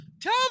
Tell